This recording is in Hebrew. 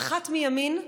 האחת מימין,